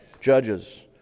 judges